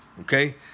okay